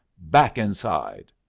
back inside!